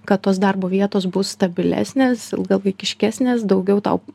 kad tos darbo vietos bus stabilesnės ilgalaikiškesnės daugiau tau